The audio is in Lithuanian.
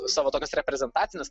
savo tokias reprezentacinis